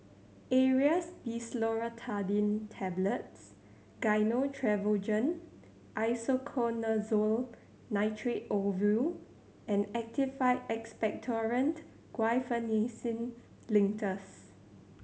Aerius DesloratadineTablets Gyno Travogen Isoconazole Nitrate Ovule and Actified Expectorant Guaiphenesin Linctus